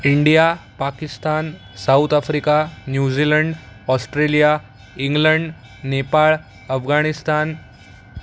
India Pakistan South Africa New Zealand Australia England Nepal Afghanistan